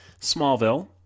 smallville